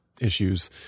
issues